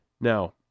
Now